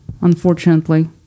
unfortunately